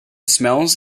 smells